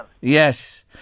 Yes